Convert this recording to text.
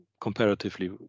comparatively